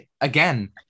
again